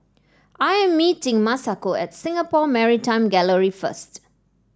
I am meeting Masako at Singapore Maritime Gallery first